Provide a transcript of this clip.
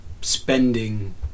spending